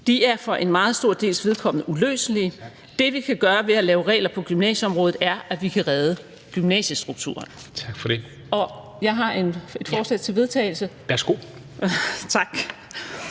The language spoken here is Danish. De er for en meget stor dels vedkommende uløselige. Det, vi kan gøre ved at lave regler på gymnasieområdet, er, at vi kan redde gymnasiestrukturen. Jeg har et forslag til vedtagelse, som jeg